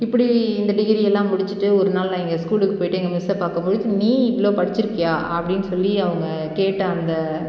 இப்படி இந்த டிகிரியெல்லாம் முடிச்சுட்டு ஒருநாள் நான் எங்கள் ஸ்கூலுக்கு போய்விட்டு எங்கள் மிஸ்ஸை பார்க்கம்போது நீ இவ்வளோ படிச்சுருக்கியா அப்படின்னு சொல்லி அவங்க கேட்ட அந்த